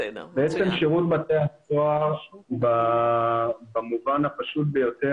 בעצם שירות בתי הסוהר במובן הפשוט ביותר